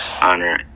honor